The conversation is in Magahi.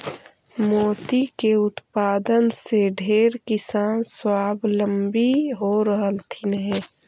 मोती के उत्पादन से ढेर किसान स्वाबलंबी हो रहलथीन हे